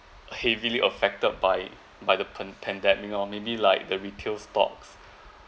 heavily affected by by the pen~ pandemic or maybe like the retail stocks